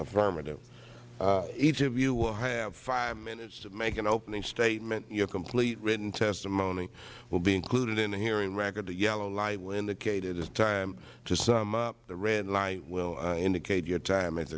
affirmative each of you will have five minutes to make an opening statement your complete written testimony will be included in the hearing record the yellow light will indicate it is time to sum up the red light will indicate your time has